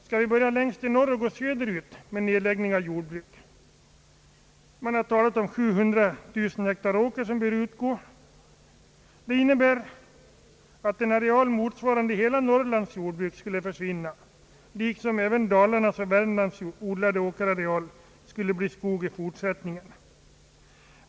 Skall vi börja längst i norr och gå söderut med nedläggningen av jordbruk? Man har talat om 700 000 hektar åker som bör utgå. Det innebär att en areal motsvarande hela Norrlands jordbruk skulle försvinna, liksom även Dalarnas och Värmlands odlade åkerareal skulle bli skog i fortsättningen.